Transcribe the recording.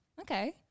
Okay